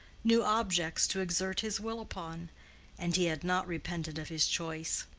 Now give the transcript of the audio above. new objects to exert his will upon and he had not repented of his choice.